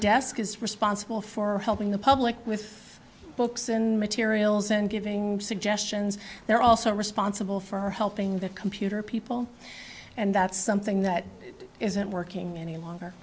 desk is responsible for helping the public with books and materials and giving suggestions they're also responsible for helping the computer people and that's something that isn't working any longer